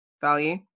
value